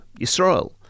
Yisrael